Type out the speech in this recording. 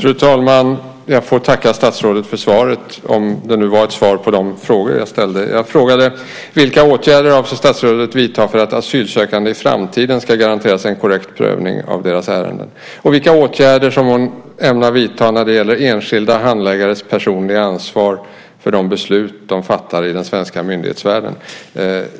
Fru talman! Jag får tacka statsrådet för svaret, om det nu var ett svar, på de frågor jag ställde. Jag frågade vilka åtgärder statsrådet avser att vidta för att asylsökande i framtiden ska garanteras en korrekt prövning av sina ärenden och vilka åtgärder som hon ämnar vidta när det gäller enskilda handläggares personliga ansvar för de beslut de fattar i den svenska myndighetsvärlden.